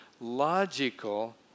logical